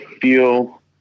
feel